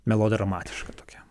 melodramatiška tokia